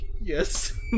yes